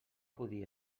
podia